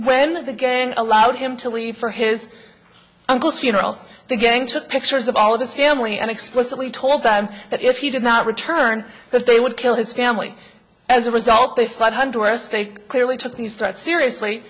when the gang allowed him to leave for his uncle's funeral the gang took pictures of all of this family and explicitly told them that if he did not return that they would kill his family as a result the five hundred s they clearly took these threats seriously